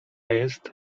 jest